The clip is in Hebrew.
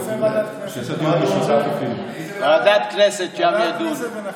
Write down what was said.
נעשה בוועדת הכנסת, ועדת כנסת, שם ידונו.